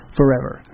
forever